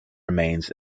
remains